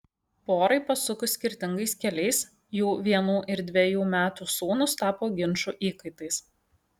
porai pasukus skirtingais keliais jų vienų ir dvejų metų sūnūs tapo ginčų įkaitais